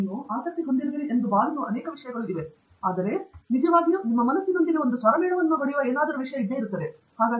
ನೀವು ಆಸಕ್ತಿ ಹೊಂದಿರುವಿರಿ ಎಂದು ನೀವು ಭಾವಿಸುವ ಅನೇಕ ವಿಷಯಗಳು ಇವೆ ಆದರೆ ನಿಜವಾಗಿಯೂ ನಿಮ್ಮೊಂದಿಗೆ ಒಂದು ಸ್ವರಮೇಳವನ್ನು ಹೊಡೆಯುವ ಏನಾದರೂ ಇರುತ್ತದೆ ಹಾಗಾಗಿ ಅದು ನೀವು ಎತ್ತಿಕೊಳ್ಳುವ ಸಂಗತಿಯಾಗಿದೆ